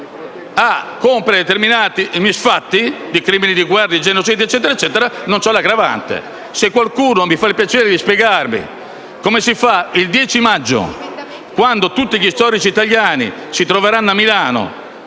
a compiere determinati misfatti, crimini di guerra o genocidi, non ho l'aggravante. Qualcuno mi faccia il piacere di spiegarmi come si farà il 10 maggio, quando tutti gli storici italiani si troveranno a Milano